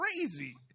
crazy